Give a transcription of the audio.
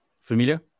Familiar